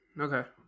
okay